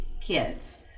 kids